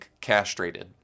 castrated